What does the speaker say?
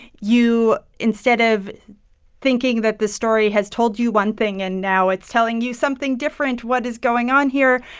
you, instead of thinking that the story has told you one thing and now it's telling you something different what is going on here?